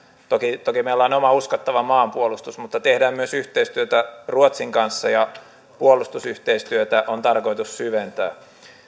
toki toki meillä on oma uskottava maanpuolustus mutta tehdään myös yhteistyötä ruotsin kanssa ja puolustusyhteistyötä on tarkoitus syventää